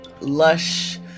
lush